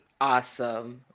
awesome